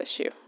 issue